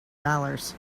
dollars